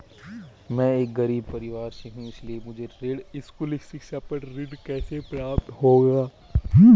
मैं एक गरीब परिवार से हूं इसलिए मुझे स्कूली शिक्षा पर ऋण कैसे प्राप्त होगा?